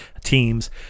teams